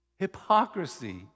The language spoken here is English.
hypocrisy